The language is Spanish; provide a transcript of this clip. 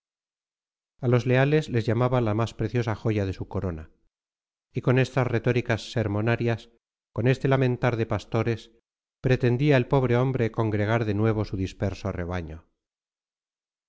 a los leales les llamaba la más preciosa joya de su corona y con estas retóricas sermonarias con este lamentar de pastores pretendía el pobre hombre congregar de nuevo su disperso rebaño